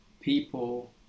people